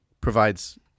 provides